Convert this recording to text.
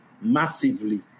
massively